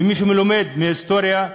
ומי שלא לומד מההיסטוריה,